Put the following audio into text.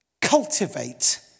cultivate